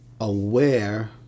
aware